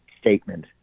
statement